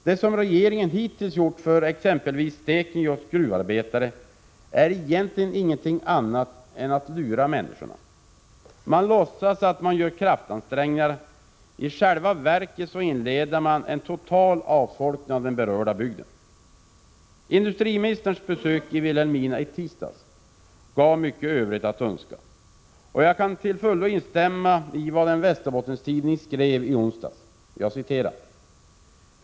Det som regeringen hittills gjort för Stekenjokks gruvarbetare är egentligen ingenting annat än att lura människorna. Man låtsas att man gör kraftansträngningar. I själva verket inleder man en total avfolkning av den berörda bygden. Industriministerns besök i Vilhelmina i tisdags gav mycket övrigt att önska. Jag kan till fullo instämma i vad en Västerbottenstidning skrev i onsdags.